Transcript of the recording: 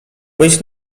być